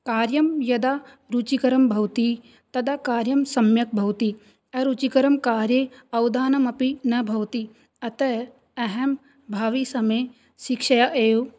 कार्यं यदा रुचिकरं भवति तदा कार्यं सम्यक् भवति अरुचिकरकार्ये अवधानमपि न भवति अतः अहं भाविसमये शिक्षया एव